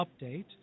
update